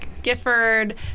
Gifford